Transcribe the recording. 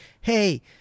hey